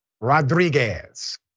Rodriguez